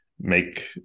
make